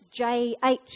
JH